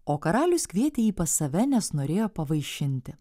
o karalius kvietė jį pas save nes norėjo pavaišinti